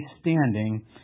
standing